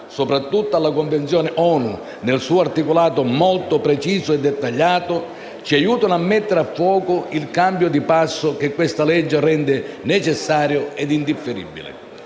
soprattutto alla Convenzione ONU, nel suo articolato molto preciso e dettagliato, ci aiutano a mettere a fuoco il cambio di passo che questa legge rende necessario e indifferibile.